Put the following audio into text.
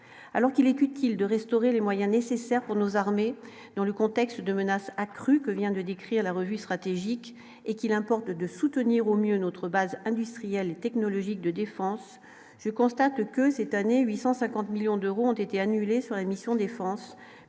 alors qu'il est utile de restaurer les moyens nécessaires pour nos armées dans le contexte de menace accrue que vient de décrire la revue stratégique et qu'il importe de soutenir au mieux notre base industrielle et technologique de défense, je constate que c'est année 850 millions d'euros ont été annulés sur la mission défense